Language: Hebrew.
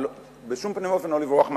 אבל בשום פנים ואופן לא לברוח מאחריות.